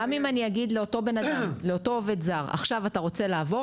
גם אם אני אגיד לאותו עובד זר עכשיו אתה רוצה לעבור?